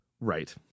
Right